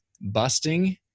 busting